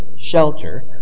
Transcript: shelter